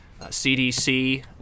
cdc